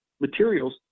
materials